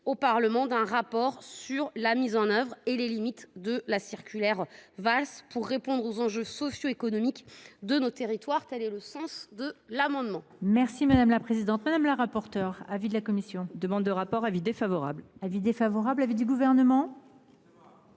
au Parlement d’un rapport sur la mise en œuvre et les limites de la circulaire Valls au regard des enjeux socioéconomiques de nos territoires. Quel est l’avis de la